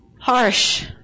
Harsh